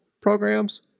programs